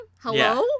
Hello